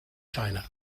china